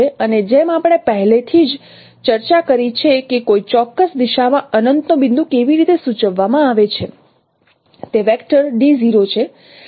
અને જેમ આપણે પહેલેથી જ ચર્ચા કરી છે કે કોઈ ચોક્કસ દિશામાં અનંતનો બિંદુ કેવી રીતે સૂચવવામાં આવે છે તે છે